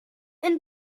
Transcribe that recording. and